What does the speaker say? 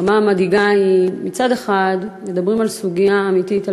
המגמה המדאיגה היא שמצד אחד מדברים על סוגיה אמיתית,